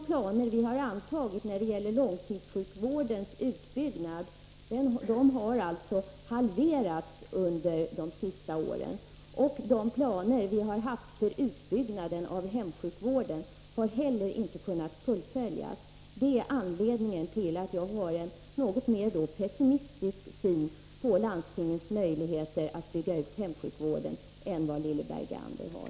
Omfattningen av långtidssjukvårdens utbyggnad i de planer vi har antagit har alltså halverats under de senaste åren. De planer vi har haft för utbyggnaden av hemsjukvården har inte heller kunnat fullföljas. Det är anledningen till att jag har en något mer pessimistisk syn på landstingens möjligheter att bygga ut hemsjukvården än vad Lilly Bergander har.